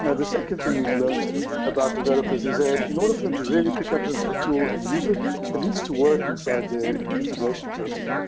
and the second thing we've learned about developers is that in order for them to really pick a and ah tool and use it, it needs to work inside their integration testing.